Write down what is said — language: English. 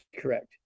correct